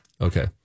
Okay